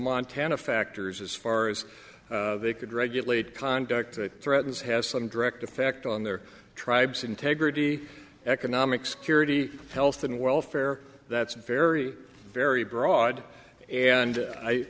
montana factors as far as they could regulate conduct that threatens has some direct effect on their tribes integrity economic security health and welfare that's very very broad and